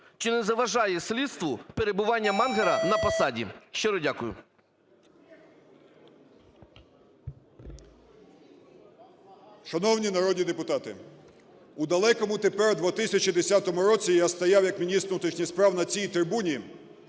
Чи не заважає слідству перебування Мангера на посаді? Щиро дякую. 11:44:09 ЛУЦЕНКО Ю.В. Шановні народні депутати, у далекому тепер 2010 році я стояв як міністр внутрішніх справ на цій трибуні